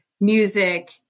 music